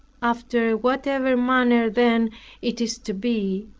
after whatever manner then it is to be,